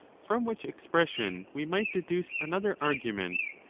from which expression we might deduce another argument,